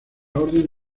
orden